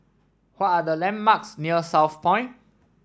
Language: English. what are the landmarks near Southpoint